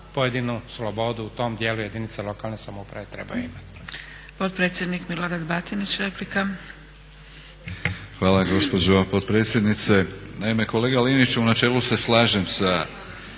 pojedinu slobodu u tom djelu jedinica lokalne samouprave trebaju imati.